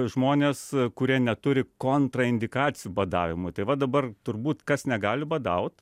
žmonės kurie neturi kontraindikacijų badavimui tai va dabar turbūt kas negali badaut